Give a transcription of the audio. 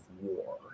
war